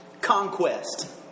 Conquest